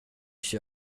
sig